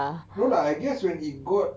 no lah I guess when it got